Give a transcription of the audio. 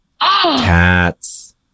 cats